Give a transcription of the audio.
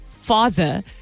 father